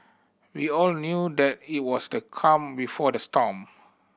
we all knew that it was the calm before the storm